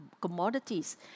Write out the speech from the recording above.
commodities